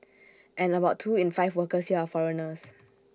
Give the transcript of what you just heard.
and about two in five workers here are foreigners